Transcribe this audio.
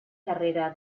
carrera